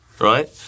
right